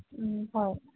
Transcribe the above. ꯎꯝ ꯍꯣꯏ